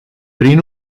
prin